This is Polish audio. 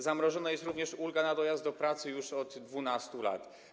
Zamrożona jest również ulga na dojazd do pracy, już od 12 lat.